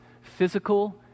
physical